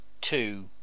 two